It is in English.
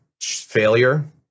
failure